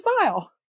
smile